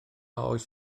oes